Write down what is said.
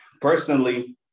personally